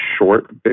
short